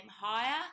higher